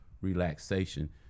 relaxation